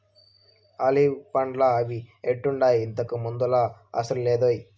olive పండ్లా అవి ఎట్టుండాయి, ఇంతకు ముందులా అసలు లేదోయ్